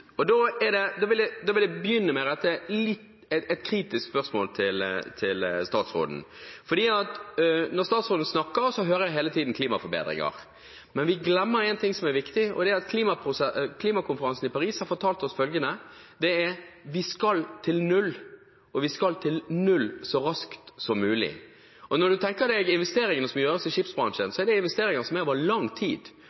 Da vil jeg begynne med å rette et kritisk spørsmål til statsråden. Når statsråden snakker, hører jeg hele tiden klimaforbedringer. Men vi glemmer en ting som er viktig, og det er at klimakonferansen i Paris har fortalt oss følgende: Vi skal til null, og vi skal til null så raskt som mulig. Når man tenker seg investeringene som gjøres i skipsbransjen,